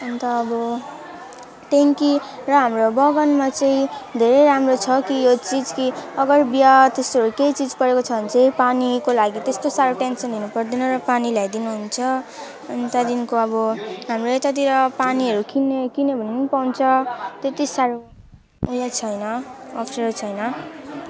अन्त अब टेङ्की र हाम्रो बगानमा चाहिँ धेरै राम्रो छ कि यो चिज कि अगर बिहा त्यस्तोहरू केही चिज परेको छ भने चाहिँ पानीको लागि त्यस्तो साह्रो टेन्सन लिनुपर्दैन र पानी ल्याइदिनुहुन्छ अनि त्यहाँदेखिको अब हाम्रो यतातिर पानीहरू किन्ने किने भने नि पाउँछ त्यति साह्रो ऊ यो छैन अप्ठ्यारो छैन